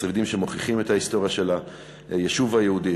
שרידים שמוכיחים את ההיסטוריה של היישוב היהודי,